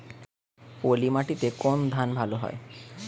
পলিমাটিতে কোন ধান ভালো হয়?